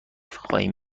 خواهیم